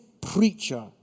preacher